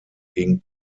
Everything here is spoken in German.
gegen